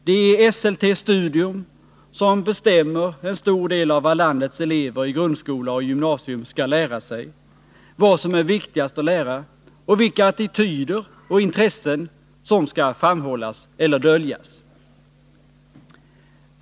Det är Esselte Studium som till stor del bestämmer vad landets elever i grundskola och gymnasium skall lära sig, vad som är viktigast att lära och vilka attityder och intressen som skall framhållas eller döljas.